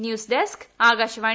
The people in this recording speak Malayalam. news desk Akashvani